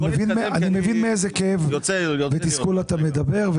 אני מבין מאיזה כאב ותסכול אתה מדבר.